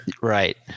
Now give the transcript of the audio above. right